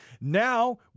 Now